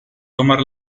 tomar